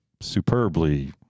superbly